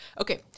Okay